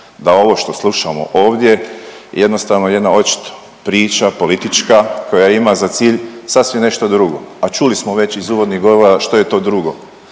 da ovo što slušamo ovdje, jednostavno je jedna očito priča politička koja ima za cilj sasvim nešto drugo, a čuli smo već iz uvodnih govora što je to drugo.